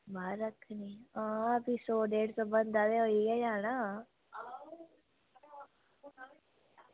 बाह्र रक्खनी हां फ्ही सौ डेढ़ सौ बंदा ते होई गै जाना